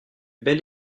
belle